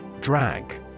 Drag